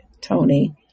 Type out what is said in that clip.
Tony